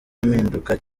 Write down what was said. mpinduka